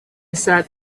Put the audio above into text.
sat